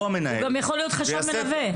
הוא גם יכול להיות חשב מלווה.